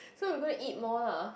so we gonna eat more lah